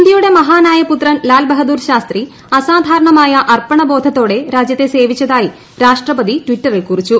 ഇന്തൃയുടെ മഹാനായ പുത്രൻ ലാൽ ബഹാദൂർ ശാസ്ത്രി അസാധാരണമായ അർപ്പണബോധത്തോടെ രാജൃത്തെ സേവിച്ച തായി രാഷ്ട്രപതി ട്വിറ്ററിൽ കുറിച്ചു